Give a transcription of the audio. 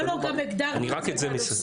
גם הגדרנו את הנושא,